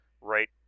right